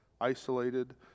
isolated